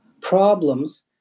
problems